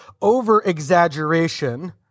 over-exaggeration